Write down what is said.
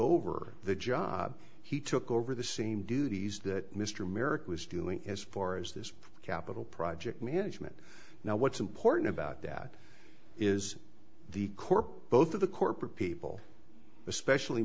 over the job he took over the same duties that mr merrick was doing as far as this capital project management now what's important about that is the corp both of the corporate people especially